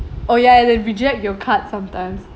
oh ya they reject your card sometimes